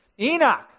Enoch